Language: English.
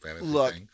look